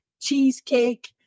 cheesecake